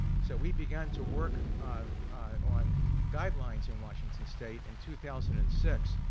so we began to work on guidelines in washington state in two thousand and six,